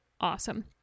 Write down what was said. awesome